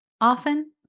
often